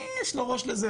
מי יש לו ראש לזה,